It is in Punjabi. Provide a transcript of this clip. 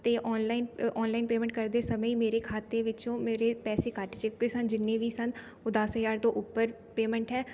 ਅਤੇ ਔਨਲਾਈਨ ਔਨਲਾਈਨ ਪੇਅਮੈਂਟ ਕਰਦੇ ਸਮੇਂ ਹੀ ਮੇਰੇ ਖਾਤੇ ਵਿੱਚੋਂ ਮੇਰੇ ਪੈਸੇ ਕਟ ਚੁੱਕੇ ਸਨ ਜਿੰਨੇ ਵੀ ਸਨ ਉਹ ਦਸ ਹਜ਼ਾਰ ਤੋਂ ਉੱਪਰ ਪੇਅਮੈਂਟ ਹੈ